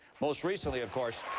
most recently, of course